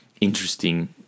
interesting